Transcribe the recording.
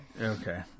Okay